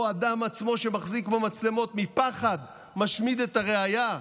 או האדם עצמו שמחזיק במצלמות משמיד את הראיה מהפחד,